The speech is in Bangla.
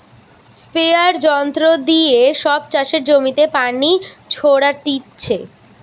স্প্রেযাঁর যন্ত্র দিয়ে সব চাষের জমিতে পানি ছোরাটিছে